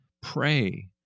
pray